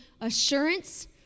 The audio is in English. assurance